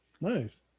Nice